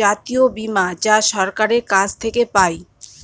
জাতীয় বীমা যা সরকারের কাছ থেকে পাই